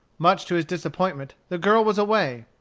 much to his disappointment, the girl was away.